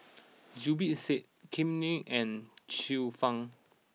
Zubir Said Kam Ning and Xiu Fang